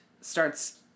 starts